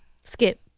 Skip